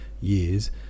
years